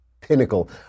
pinnacle